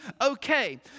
okay